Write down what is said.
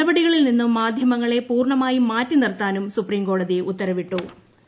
നടപടികളിൽ നിന്ന് മാധ്യമങ്ങളെ പൂർണ്ണമായും മാറ്റി നിർത്താനും സുപ്രീം കോടതി ഉത്തരവിട്ടിട്ടു ്